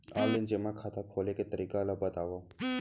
Online जेमा खाता खोले के तरीका ल बतावव?